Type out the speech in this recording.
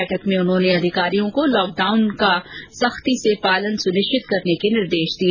बैठक में उन्होंने अधिकारियों को लॉकडाउन की सख्ती से पालना सुनिश्चित कराने के निर्देश दिए